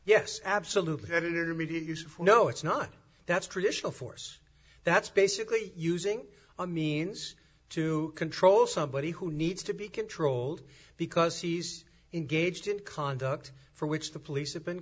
yes absolutely senator media useful no it's not that's traditional force that's basically using a means to control somebody who needs to be controlled because he's engaged in conduct for which the police have been